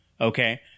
Okay